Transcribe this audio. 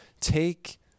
take